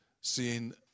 Seeing